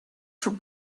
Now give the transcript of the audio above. from